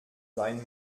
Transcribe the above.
sein